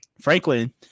Franklin